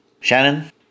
Shannon